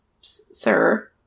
sir